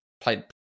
Played